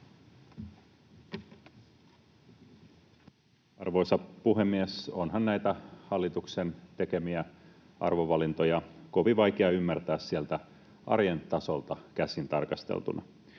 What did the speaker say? Arvoisa puhemies! Onhan näitä hallituksen tekemiä arvovalintoja kovin vaikea ymmärtää sieltä arjen tasolta käsin tarkasteltuna.